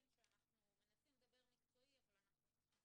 שאנחנו מנסים לדבר מקצועית אבל אנחנו קצת